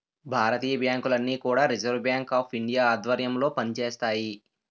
భారతీయ బ్యాంకులన్నీ కూడా reserve bank of India ఆధ్వర్యంలో పనిచేస్తాయి